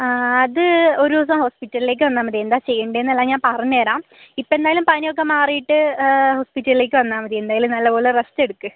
അത് ഒരു ദിവസം ഹോസ്പിറ്റലിലേക്ക് വന്നാൽ മതി എന്താ ചെയ്യണ്ടേന്നൊള്ളെ പറഞ്ഞ് തരാം ഇപ്പെന്തായാലും പനിയൊക്കെ മാറിയിട്ട് ഹോസ്പിറ്റലിലേക്ക് വന്നാൽ മതി എന്തായാലും നല്ല പോലെ റെസ്റ്റെടുക്ക്